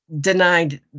denied